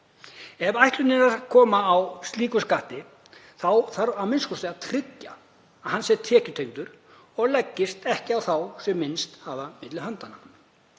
Ef ætlunin er að koma á slíkum skatti þarf a.m.k. að tryggja að hann sé tekjutengdur og leggist ekki á þá sem minnst hafa á milli handanna.